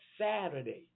Saturday